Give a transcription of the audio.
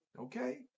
Okay